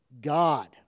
God